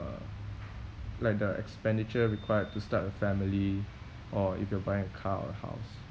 uh like the expenditure required to start a family or if you're buying a car or a house